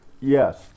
Yes